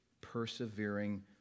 persevering